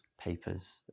papers